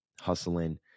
hustling